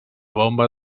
bomba